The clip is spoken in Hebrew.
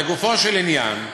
לגופו של עניין,